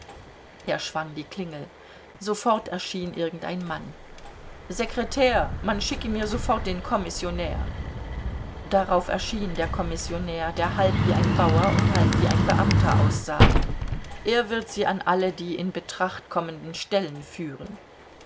er schwang die klingel sofort erschien irgendein mann sekretär man schicke mir sofort den kommissionär darauf erschien der kommissionär der halb wie ein bauer und halb wie ein beamter aussah er wird sie an alle die in betracht kommenden stellen führen